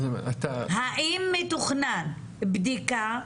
האם מתוכנן בדיקה?